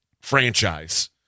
franchise